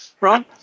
Ron